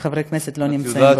שחברי כנסת לא נמצאים.